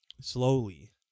slowly